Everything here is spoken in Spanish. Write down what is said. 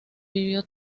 vivió